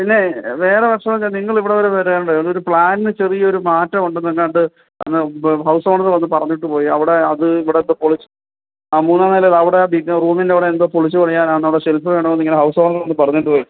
പിന്നെ വേറെ പ്രശ്നം എന്നുവെച്ചാൽ നിങ്ങൾ ഇവിടെ വരെ വരാനുണ്ട് ഒരു പ്ലാനിന് ചെറിയൊരു മാറ്റം ഉണ്ടെന്നെങ്ങാണ്ട് പ് ഹൗസ് ഓണര് വന്ന് പറഞ്ഞിട്ട് പോയി അവിടെ അത് ഇവിടെ എന്തോ പൊളിച്ച് ആ മൂന്നാം നിലയുടെ അവിടെ പിന്നെ റൂമിന്റെ അവിടെ എന്തോ പൊളിച്ച് പണിയാനാണെന്നോ അവിടെ ഷെല്ഫ് വേണം എന്നിങ്ങനെ ഹൗസ് ഓണര് വന്ന് പറഞ്ഞിട്ട് പോയി